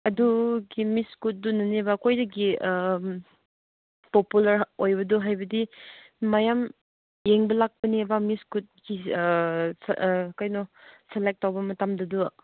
ꯑꯗꯨꯒꯤ ꯃꯤꯁ ꯀꯨꯠꯇꯨꯅꯅꯦꯕ ꯑꯩꯈꯣꯏꯗꯒꯤ ꯄꯣꯄꯨꯂꯔ ꯑꯣꯏꯕꯗꯨ ꯍꯥꯏꯕꯗꯤ ꯃꯌꯥꯝ ꯌꯦꯡꯕ ꯂꯥꯛꯄꯅꯦꯕ ꯃꯤꯁ ꯀꯨꯠꯀꯤ ꯀꯩꯅꯣ ꯁꯦꯂꯦꯛ ꯇꯧꯕ ꯃꯇꯝꯗ ꯑꯗꯨ